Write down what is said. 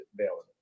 available